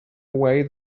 away